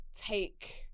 take